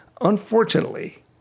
Unfortunately